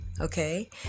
okay